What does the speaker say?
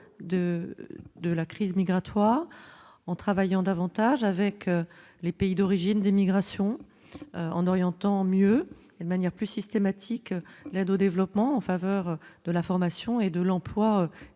de la crise migratoire en travaillant davantage avec les pays d'origine d'migrations en orientant mieux et de manière plus systématique, l'aide au développement en faveur de la formation et de l'emploi